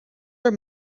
are